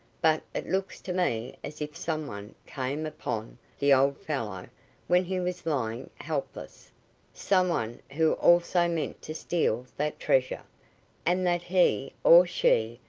but it looks to me as if some one came upon the old fellow when he was lying helpless some one who also meant to steal that treasure and that he, or she,